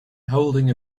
holding